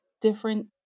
different